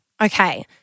Okay